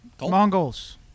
Mongols